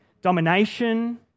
domination